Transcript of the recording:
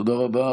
תודה רבה.